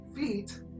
feet